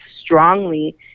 strongly